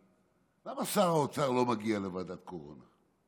למה שר האוצר לא מגיע לוועדת קורונה?